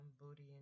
booty